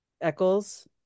Eccles